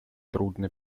трудно